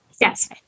yes